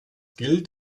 gilt